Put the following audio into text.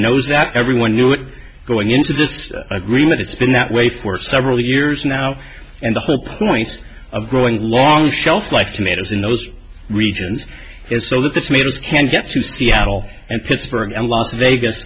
knows that everyone knew it going into this agreement it's been that way for several years now and the whole point of growing long shelf life tomatoes in those regions is so that the tomatoes can get to seattle and pittsburgh and las vegas